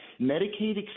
Medicaid